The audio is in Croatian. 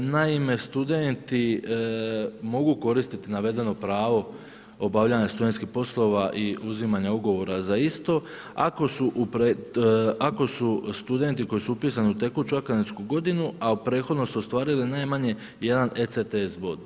Naime, studenti mogu koristiti navedeno pravo obavljanja studentskih poslova i uzimanje ugovora za isto, ako su studenti koji su upisani u tekuću akademsku godinu, a u prethodnoj su ostvarili najmanje 1 ects bod.